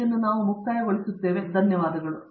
ಶ್ರೀಕಾಂತ್ ವೇದಾಂತಮ್ ಧನ್ಯವಾದಗಳು